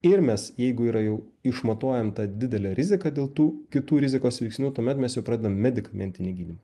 ir mes jeigu yra jau išmatuojam tą didelę riziką dėl tų kitų rizikos veiksnių tuomet mes jau pradedam medikamentinį gydymą